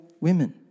women